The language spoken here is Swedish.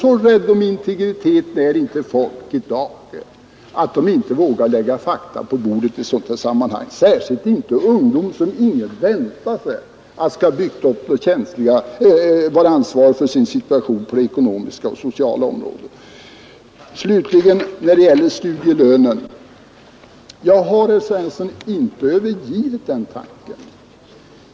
Så rädda om integriteten är inte människorna i dag att de inte vågar lägga fakta på bordet i sådana här sammanhang, särskilt inte ungdomar som ingen väntar sig skall vara ansvariga för sin situation på det ekonomiska och sociala området. Jag har inte övergivit tanken på studielönen.